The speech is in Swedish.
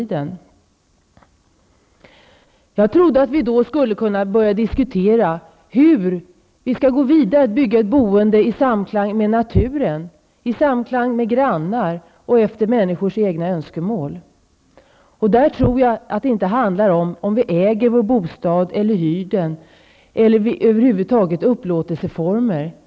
Jag trodde att vi då skulle kunna börja diskutera hur vi skall gå vidare för att skapa ett boende i samklang med naturen, i samklang med grannar och efter människors egna önskemål. Och i detta sammanhang tror jag att det inte handlar om huruvida vi äger vår bostad eller hyr den eller över huvud taget om upplåtelseformer.